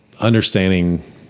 understanding